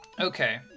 okay